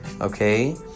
Okay